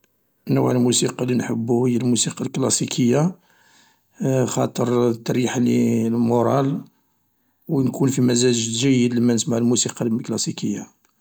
نوع الموسيقى اللي نحبو هي الموسيقى الكلاسيكية خاطر تريح لي المورال، و نكون في مزاجي لما نسمع الموسيقى الكلاسيكية.